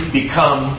become